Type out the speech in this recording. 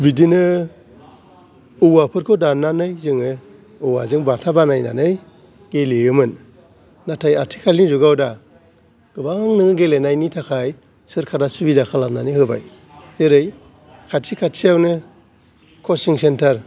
बिदिनो औवाफोरखौ दाननानै जोङो औवाजों बाथा बानायनानै गेलेयोमोन नाथाय आथिखालि जुगाव दा गोबां नों गेलेनायनि थाखाय सरकारा सुबिदा खालामनानै होबाय जेरै खाथि खाथियावनो कसिं सेन्टार